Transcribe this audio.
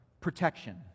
protection